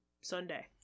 Sunday